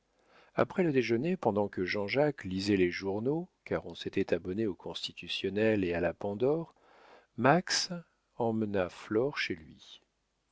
après le déjeuner pendant que jean-jacques lisait les journaux car on s'était abonné au constitutionnel et à la pandore max emmena flore chez lui